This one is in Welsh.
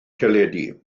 teledu